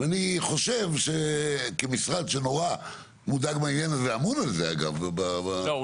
אני חושב שמשרד שמודאג מזה ואמון על זה צריך --- לא,